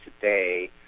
today